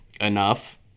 Enough